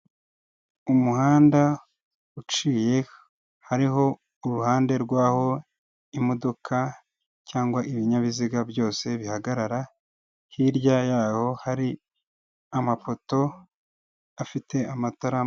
Umuhanda uciye hariho uruhande rw'aho imodoka cyangwa ibinyabiziga byose bihagarara, hirya yaho hari amapoto afite amatara.